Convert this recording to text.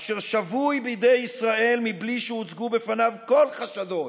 אשר שבוי בידי ישראל בלי שהוצגו בפניו כל חשדות